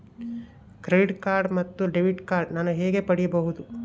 Credit card ಮತ್ತು debit card ನಾನು ಹೇಗೆ ಪಡೆಯಬಹುದು?